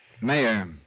Mayor